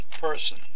person